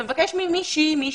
אתה מבקש ממישהי או ממישהו,